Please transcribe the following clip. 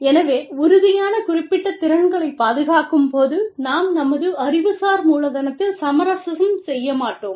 எனவே உறுதியான குறிப்பிட்ட திறன்களைப் பாதுகாக்கும் போது நாம் நமது அறிவுசார் மூலதனத்தில் சமரசம் செய்ய மாட்டோம்